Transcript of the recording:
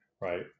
right